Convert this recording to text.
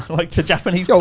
like to japanese so